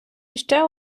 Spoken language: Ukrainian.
іще